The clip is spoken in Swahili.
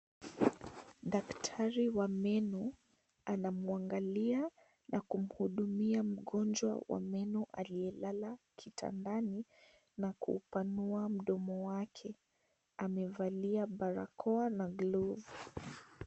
Daktari wa meno anamwangalia na kumhudumia mgonjwa wa meno aliyelala kitandani na kupanua mdomo wake. Amevalia barakoa na glovu.